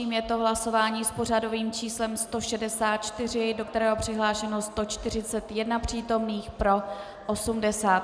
Je to hlasování s pořadovým číslem 164, do kterého bylo přihlášeno 141 přítomných, pro 80.